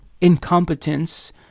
incompetence